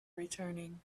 returning